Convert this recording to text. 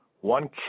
one